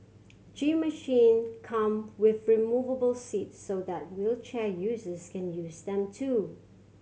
gym machine come with removable seats so that wheelchair users can use them too